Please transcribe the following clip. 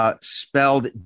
spelled